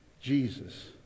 Jesus